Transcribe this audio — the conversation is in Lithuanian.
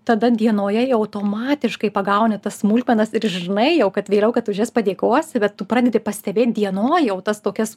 tada dienoje jau automatiškai pagauni tas smulkmenas ir žinai jau kad vėliau kad už jas padėkosi bet tu pradedi pastebėti dienoj jau tas tokias